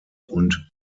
und